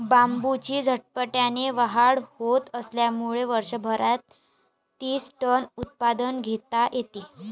बांबूची झपाट्याने वाढ होत असल्यामुळे वर्षभरात तीस टन उत्पादन घेता येते